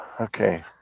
Okay